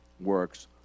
Works